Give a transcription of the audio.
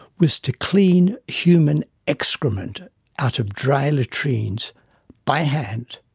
was to clean human excrement out of dry latrines by hand,